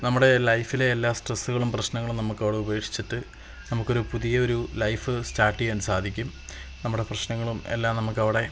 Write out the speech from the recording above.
നമ്മുടെ ലൈഫിലെ എല്ലാ സ്ട്രെസ്സുകളും പ്രശ്നങ്ങളും നമുക്ക് അവിടെ ഉപേക്ഷിച്ചിട്ട് നമുക്കൊരു പുതിയ ഒരു ലൈഫ് സ്റ്റാർട്ട് ചെയ്യാൻ സാധിക്കും നമ്മുടെ പ്രശ്നങ്ങളും എല്ലാം നമുക്കവിടെ